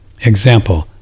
example